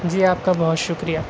جی آپ کا بہت شکریہ